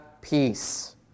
peace